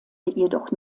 jedoch